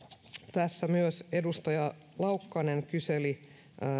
tässä myös edustaja laukkanen kyseli